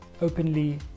openly